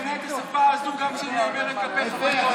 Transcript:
אני מגנה את השפה הזאת גם כשהיא נאמרת כלפי חברי קואליציה.